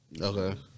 okay